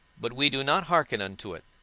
but we do not hearken unto it.